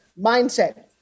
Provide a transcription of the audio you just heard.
mindset